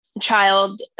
child